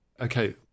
Okay